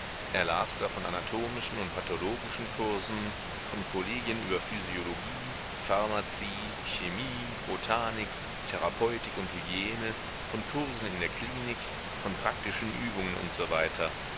er las da von anatomischen und pathologischen kursen von kollegien über physiologie pharmazie chemie botanik therapeutik und hygiene von kursen in der klinik von praktischen übungen usw